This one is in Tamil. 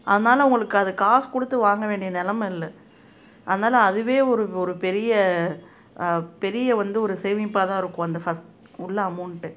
அதனால் அவங்களுக்கு அது காசு கொடுத்து வாங்க வேண்டிய நிலைம இல்லை அதனால் அதுவே ஒரு ஒரு பெரிய பெரிய வந்து ஒரு சேமிப்பாகதான் இருக்கும் அந்த ஃபஸ்ட் உள்ள அமௌண்ட்டு